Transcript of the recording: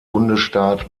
bundesstaat